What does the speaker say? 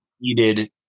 needed